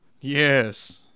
Yes